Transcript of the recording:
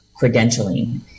credentialing